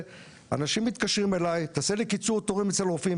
אנשים מתקשרים אלי: תעשה לי קיצור תורים אצל רופאים,